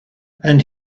and